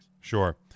Sure